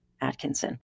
Atkinson